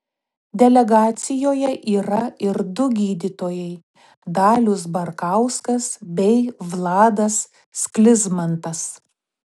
delegacijoje yra ir du gydytojai dalius barkauskas bei vladas sklizmantas